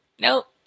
nope